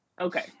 Okay